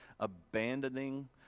abandoning